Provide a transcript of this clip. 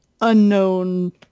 unknown